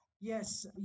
Yes